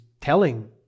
telling